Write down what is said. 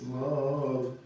love